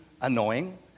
annoying